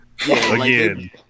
again